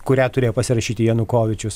kurią turėjo pasirašyti janukovičius